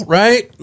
right